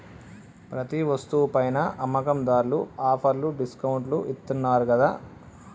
ప్రతి వస్తువు పైనా అమ్మకందార్లు ఆఫర్లు డిస్కౌంట్లు ఇత్తన్నారు గదా